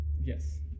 Yes